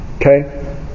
okay